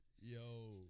Yo